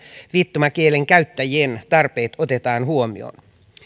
viittomakielen käyttäjien tarpeet otetaan huomioon